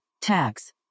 tax